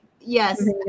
Yes